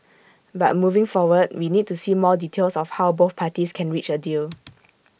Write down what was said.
but moving forward we need to see more details of how both parties can reach A deal